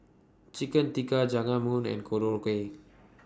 Chicken Tikka Jajangmyeon and Korokke